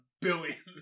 billion